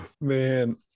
Man